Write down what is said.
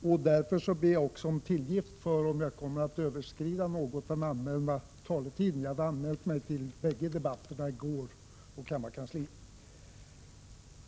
Herr talman! Jag kommer att beröra bägge de betänkanden som nu är föremål för gemensam debatt. Därför ber jag om tillgift om jag något kommer att överskrida den anmälda taletiden. Jag hade i går anmält mig till debatt beträffande båda betänkandena.